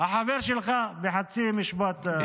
החבר שלך, בחצי משפט, היושב-ראש.